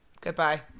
Goodbye